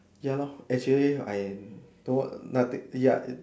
ya lor actually I am no nothing ya